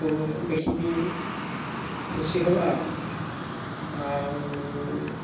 କୁ ଦେଖିକି ଖୁସି ହେବା ଆଉ ଆଉ